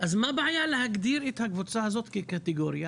אז מה הבעיה להגדיר את הקבוצה הזאת כקטגוריה,